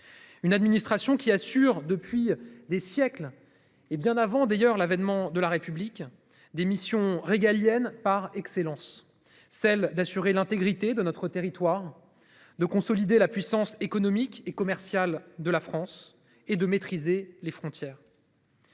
Une administration qui assure depuis des siècles. Hé bien avant d'ailleurs l'avènement de la République. Des missions régaliennes par excellence, celle d'assurer l'intégrité de notre territoire de consolider la puissance économique et commerciale de la France et de maîtriser les frontières.